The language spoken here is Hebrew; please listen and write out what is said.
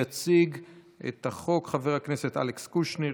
יציג את החוק חבר הכנסת אלכס קושניר,